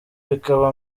bikaba